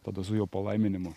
tada su jo palaiminimu